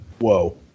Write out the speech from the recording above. Whoa